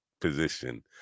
position